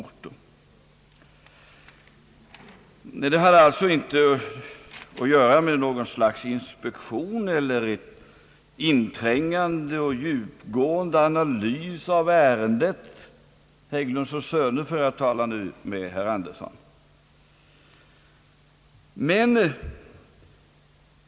Resan hade alltså inte att göra med något slags inspektion eller ett inträngande i och en djupgående analys av ärendet Hägglund & Söner, för att nu använda herr Anderssons ord.